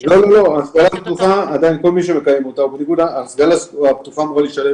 זה כנראה לא יוצר את הבהלה שנדרשת.